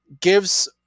gives